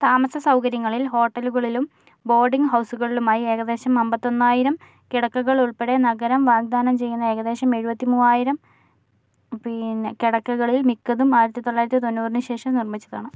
താമസ സൗകര്യങ്ങളിൽ ഹോട്ടലുകളിലും ബോർഡിംഗ് ഹൗസുകളിലുമായി ഏകദേശം അമ്പത്തൊന്നായിരം കിടക്കകൾ ഉൾപ്പെടെ നഗരം വാഗ്ദാനം ചെയ്യുന്ന ഏകദേശം എഴുപത്തി മൂവായിരം പിന്നെ കിടക്കകളില് മിക്കതും ആയിരത്തി തൊള്ളായിരത്തി തൊന്നൂറിന് ശേഷം നിർമ്മിച്ചതാണ്